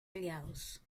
aliados